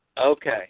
Okay